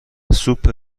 سوپ